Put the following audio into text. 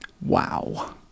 Wow